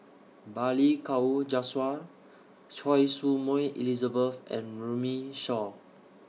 Balli Kaur Jaswal Choy Su Moi Elizabeth and Runme Shaw